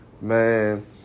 man